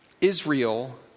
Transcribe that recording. Israel